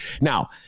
Now